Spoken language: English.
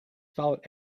followed